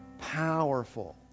powerful